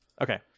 Okay